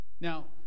Now